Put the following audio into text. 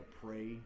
pray